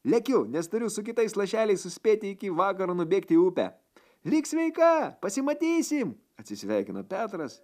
lekiu nes turiu su kitais lašeliais suspėti iki vakaro nubėgti į upę lik sveika pasimatysim atsisveikino petras